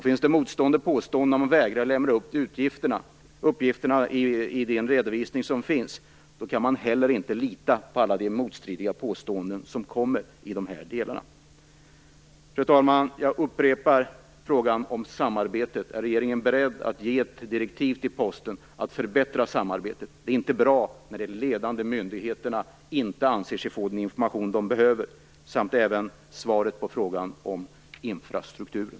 Finns det motstående påståenden om huruvida man vägrar att lämna ut uppgifterna i den redovisning som finns kan man heller inte lita på alla de motstridiga påståenden som finns i dessa delar. Fru talman! Jag upprepar frågan om samarbetet. Är regeringen beredd att ge ett direktiv till Posten att förbättra samarbetet? Det är inte bra när de ledande myndigheterna inte anser sig få den information de behöver. Jag vill även ha svar på frågan om infrastrukturen.